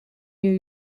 new